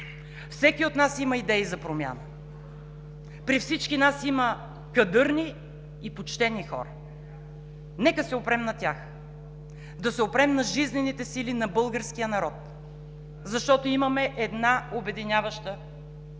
Всеки от нас има идеи за промяна. При всички нас има кадърни и почтени хора. Нека се опрем на тях, да се опрем на жизнените сили на българския народ, защото имаме една обединяваща идея: